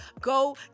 Go